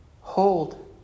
hold